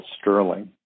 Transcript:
Sterling